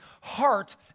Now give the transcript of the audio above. heart